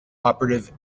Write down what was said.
operative